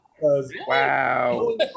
Wow